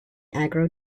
agro